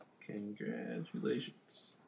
congratulations